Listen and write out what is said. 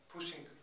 pushing